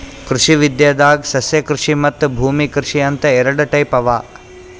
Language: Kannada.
ಕೃಷಿ ವಿದ್ಯೆದಾಗ್ ಸಸ್ಯಕೃಷಿ ಮತ್ತ್ ಭೂಮಿ ಕೃಷಿ ಅಂತ್ ಎರಡ ಟೈಪ್ ಅವಾ